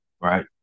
right